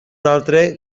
altre